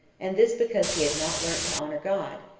and this because he had not learnt to honor god,